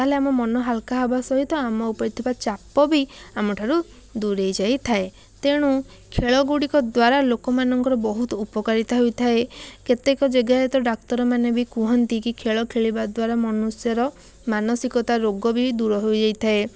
ତାହାହେଲେ ଆମ ମନ ହାଲ୍କା ହେବା ସହିତ ଆମ ଉପରେ ଥିବା ଚାପ ବି ଆମ ଠାରୁ ଦୂରେଇ ଯାଇଥାଏ ତେଣୁ ଖେଳଗୁଡ଼ିକ ଦ୍ୱାରା ଲୋକମାନଙ୍କର ବହୁତ ଉପକାରିତା ହୋଇଥାଏ କେତେକ ଜାଗାରେ ତ ଡ଼ାକ୍ତରମାନେ ବି କୁହନ୍ତି କି ଖେଳ ଖେଳିବା ଦ୍ୱାରା ମନୁଷ୍ୟର ମାନସିକତା ରୋଗ ବି ଦୂର ହୋଇଯାଇଥାଏ